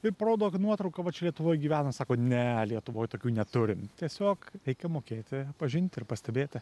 ir parodo nuotrauką va čia lietuvoj gyvena sako ne lietuvoj tokių neturim tiesiog reikia mokėti pažinti ir pastebėti